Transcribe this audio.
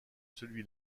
celui